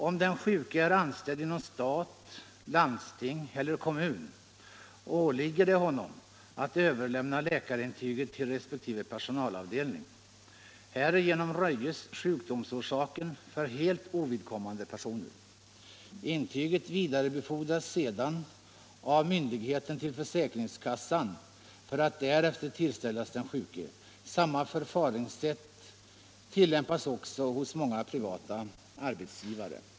Om den sjuke är anställd inom stat, landsting eller kommun åligger det honom att överlämna läkarintyget till resp. personalavdelning. Härigenom röjes sjukdomsorsaken för helt ovidkommande personer. Intyget vidarebefordras sedan av myndigheten till försäkringskassan för att därefter tillställas den sjuke. Samma förfaringssätt tillämpas också hos många privata arbetsgivare.